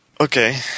Okay